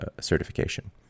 certification